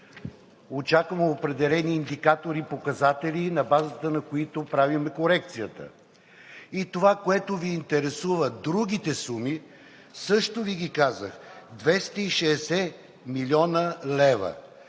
Очакваме определени индикатори и показатели, на базата на които правим корекцията. Това, което Ви интересува – другите суми също Ви ги казах – 260 млн. лв.